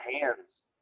hands